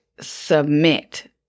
submit